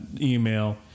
Email